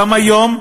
גם היום,